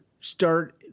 start